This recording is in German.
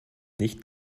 nicht